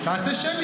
ישראל".